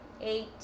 Eight